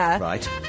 right